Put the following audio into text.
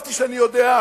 חשבתי שאני יודע,